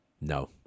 No